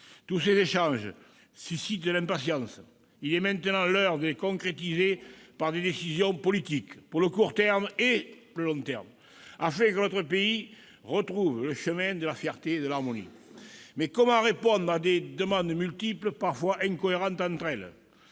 Tous ces échanges suscitent de l'impatience. Il est maintenant l'heure de les concrétiser par des décisions politiques, pour le court terme et pour le long terme, afin que notre pays retrouve le chemin de la fierté et de l'harmonie. Mais comment répondre à des demandes multiples, parfois incohérentes entre elles ?